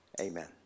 Amen